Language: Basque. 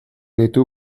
ditu